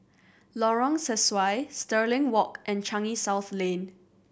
Lorong Sesuai Stirling Walk and Changi South Lane